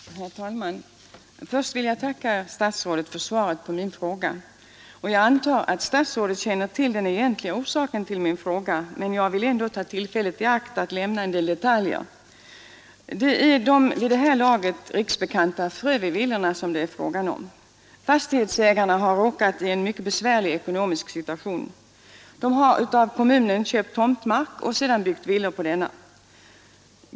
Herr talman! Först vill jag tacka statsrådet för svaret på min fråga. Jag antar att statsrådet känner till den egentliga orsaken till frågan, men jag vill ändå ta tillfället i akt att lämna en del detaljer. Det är de vid det här laget riksbekanta Frövivillorna det är fråga om. Fastighetsägarna har råkat i en mycket besvärlig ekonomisk situation. De har av kommunen köpt tomtmark och sedan byggt villor på denna.